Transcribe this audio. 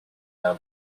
l’un